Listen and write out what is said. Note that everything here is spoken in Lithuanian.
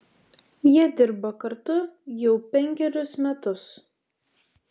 jie dirba kartu jau penkerius metus